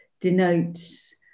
denotes